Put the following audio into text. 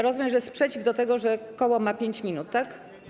Rozumiem, że sprzeciw wobec tego, że koło ma 5 minut, tak?